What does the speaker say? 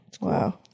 wow